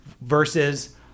versus